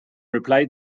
reply